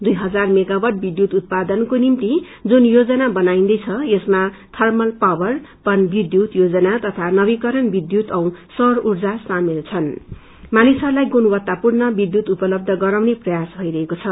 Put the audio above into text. दुई इजार मेधावाद विष्यूत उत्पादनको निम्ति जुन योजना बनाइन्दैछ यसमा थर्मल पावर पन विष्यूत योजना तथा नवीकरण विष्यूत औ सौर ऊर्जा सामेल छन् मानिसहरूलाई गुणवत्तापूर्ण विष्यूत उपलब्ध गराउने प्रयास भइरहेको छ